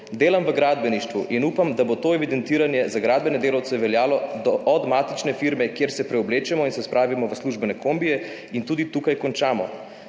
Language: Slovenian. "Delam v gradbeništvu in upam, da bo to evidentiranje za gradbene delavce veljalo od matične firme, kjer se preoblečemo in se spravimo v službene kombije in tudi tukaj končamo,